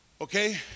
Okay